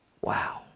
Wow